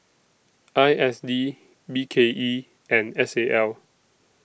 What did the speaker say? I S D B K E and S A L